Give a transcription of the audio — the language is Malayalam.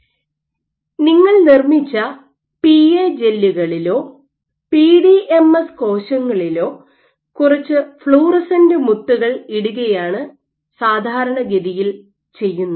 Refer slide time 0842 നിങ്ങൾ നിർമ്മിച്ച പിഎ ജെല്ലുകളിലോ പിഡിഎംഎസ് കോശങ്ങളിലോ കുറച്ച് ഫ്ലൂറസെന്റ് മുത്തുകൾ ഇടുകയാണ്സാധാരണഗതിയിൽ ചെയ്യുന്നത്